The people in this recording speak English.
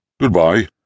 Goodbye